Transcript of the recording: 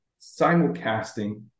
simulcasting